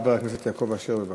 חבר הכנסת יעקב אשר, בבקשה.